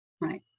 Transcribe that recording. right